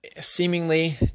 seemingly